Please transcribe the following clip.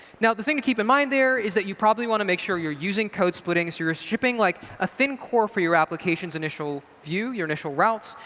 now the thing to keep in mind there is that you probably want to make sure you're using code splitting, so you're stripping like a thin core for your application's initial view, your initial routes.